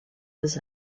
his